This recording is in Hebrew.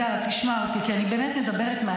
אם תצטרכי, אני אוסיף.